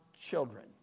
children